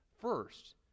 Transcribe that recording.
First